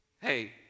Hey